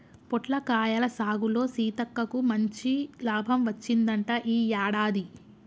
పొట్లకాయల సాగులో సీతక్కకు మంచి లాభం వచ్చిందంట ఈ యాడాది